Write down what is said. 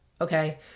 Okay